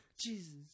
jesus